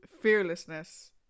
fearlessness